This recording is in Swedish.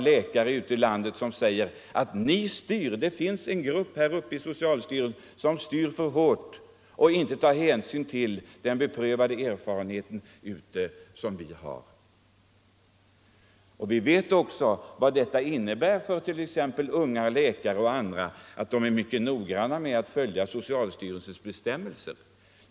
läkarna i landet som anser att en grupp i socialstyrelsen styr för hårt och inte tar hänsyn till den beprövade erfarenheten bland läkarna. Vi vet också vad detta innebär för t.ex. unga läkare: de är mycket noggranna med att följa socialstyrelsens bestämmelser.